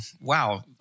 wow